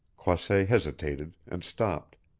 croisset hesitated, and stopped.